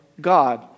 God